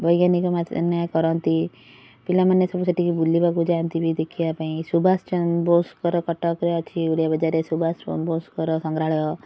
ବୈଜ୍ଞାନିକମାନ କରନ୍ତି ପିଲାମାନେ ସବୁ ସେଠିକି ବୁଲିବାକୁ ଯାଆନ୍ତି ବି ଦେଖିବା ପାଇଁ ସୁବାସ ଚନ୍ଦ ବୋଷଙ୍କର କଟକରେ ଅଛି ୟୁରିଆ ବଜାରରେ ସୁବାସ ଚ ବୋଷଙ୍କର ସଂଗ୍ରାଳୟ